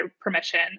permission